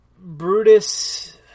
Brutus